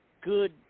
good